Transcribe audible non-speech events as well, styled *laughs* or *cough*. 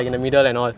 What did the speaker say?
*laughs*